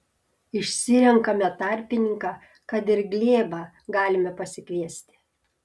išsirenkame tarpininką kad ir glėbą galime pasikviesti